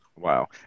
Wow